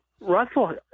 Russell